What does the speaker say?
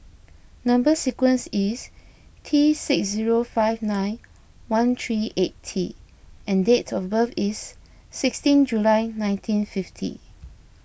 Number Sequence is T six zero five nine one three eight T and dates of birth is sixteen July nineteen fifty